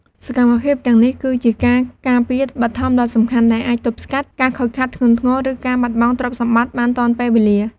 សកម្មភាពទាំងនេះ គឺជាការការពារបឋមដ៏សំខាន់ ដែលអាចទប់ស្កាត់ការខូចខាតធ្ងន់ធ្ងរ ឬការបាត់បង់ទ្រព្យសម្បត្តិបានទាន់ពេលវេលា។